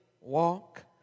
walk